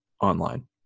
online